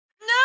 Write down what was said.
No